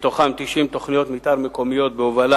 מתוכם 90 תוכניות מיתאר מקומיות, בהובלה